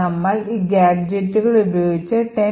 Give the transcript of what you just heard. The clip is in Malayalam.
നമ്മൾ ഈ ഗാഡ്ജെറ്റുകൾ ഉപയോഗിച്ച് 10